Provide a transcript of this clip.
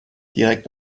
direkt